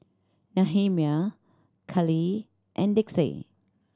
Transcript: Nehemiah Kalie and Dixie